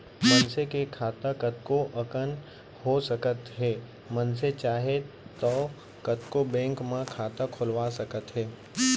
मनसे के खाता कतको अकन हो सकत हे मनसे चाहे तौ कतको बेंक म खाता खोलवा सकत हे